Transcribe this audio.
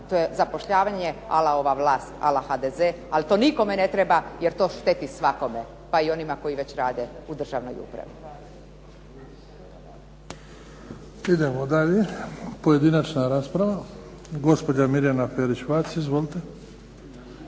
To je zapošljavanje ala ova vlast, ala HDZ a to nikome ne treba, jer to šteti svakome pa i onima koji već rade u državnoj upravi. **Bebić, Luka (HDZ)** Idemo dalje. Pojedinačna rasprava. Gospođa Mirjana Ferić-Vac. Izvolite.